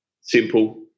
simple